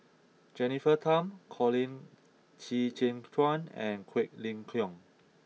Jennifer Tham Colin Qi Zhe Quan and Quek Ling Kiong